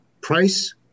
price